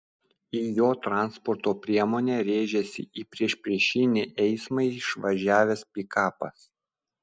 į jo transporto priemonę rėžėsi į priešpriešinį eismą išvažiavęs pikapas